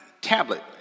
tablet